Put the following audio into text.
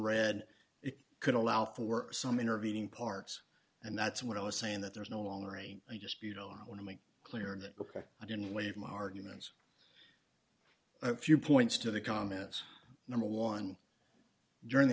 read it could allow for some intervening parts and that's what i was saying that there is no longer a a dispute i want to make clear that because i didn't leave my arguments a few points to the comments number one during the